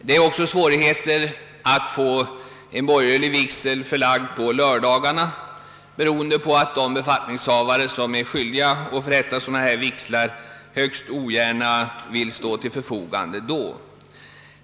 Det är också svårt att få en borgerlig vigsel förlagd till en lördag, beroende på att de befattningshavare som förrättar sådan vigsel högst ogärna vill stå till förfogande då.